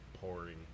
pouring